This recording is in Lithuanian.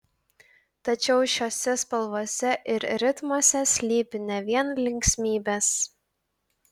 tačiau šiose spalvose ir ritmuose slypi ne vien linksmybės